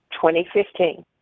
2015